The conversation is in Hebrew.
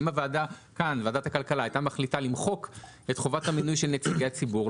אם ועדת הכלכלה הייתה מחליטה למחוק את חובת המינוי של נציגי הציבור,